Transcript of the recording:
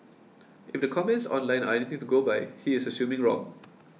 if the comments online are anything to go by he is assuming wrong